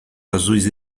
azuis